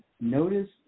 Notice